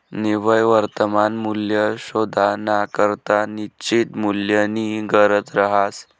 निव्वय वर्तमान मूल्य शोधानाकरता निश्चित मूल्यनी गरज रहास